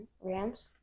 Rams